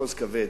מחוז כבד,